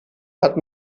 hat